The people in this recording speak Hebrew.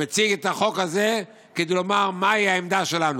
מציג את החוק הזה, כדי לומר מהי העמדה שלנו.